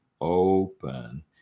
open